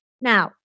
Now